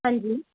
ਹਾਂਜੀ